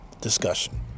discussion